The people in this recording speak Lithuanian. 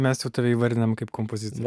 mes jau tave įvardinam kaip kompozitorių